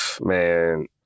Man